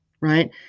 right